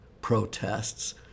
protests